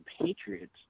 Patriots